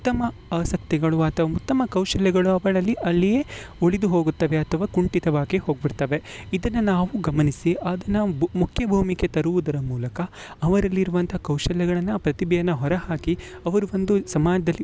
ಉತ್ತಮ ಆಸಕ್ತಿಗಳು ಅಥವಾ ಉತ್ತಮ ಕೌಶಲ್ಯಗಳು ಅವಳಲ್ಲಿ ಅಲ್ಲಿಯೇ ಉಳಿದು ಹೋಗುತ್ತವೆ ಅಥವಾ ಕುಂಟಿತವಾಗೇ ಹೋಗಿಬಿಡ್ತವೆ ಇದನ್ನು ನಾವು ಗಮನಿಸಿ ಅದನ್ನು ಬೂ ಮುಖ್ಯಭೂಮಿಕೆಗೆ ತರುವುದರ ಮೂಲಕ ಅವರಲ್ಲಿ ಇರುವಂಥ ಕೌಶಲ್ಯಗಳನ್ನು ಪ್ರತಿಭೆಯನ್ನು ಹೊರ ಹಾಕಿ ಅವರು ಒಂದು ಸಮಾಜದಲ್ಲಿ